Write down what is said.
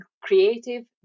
creative